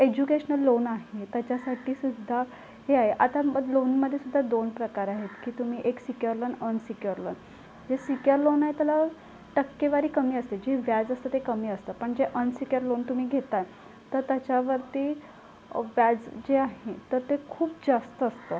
educational loan आहे त्याच्यासाठीसुद्धा हे आहे आता लोनमध्येसुद्धा दोन प्रकार आहेत की तुम्ही एक सिक्युअर लोन अनसिक्युअर लोन जे सिक्युअर लोन आहे तेला टक्केवारी कमी असते जे व्याज असतं ते कमी असतं पण जे अनसिक्युअर लोन तुम्ही घेत आहे तर त्याच्यावरती व्याज जे आहे तर ते खूप जास्त असतं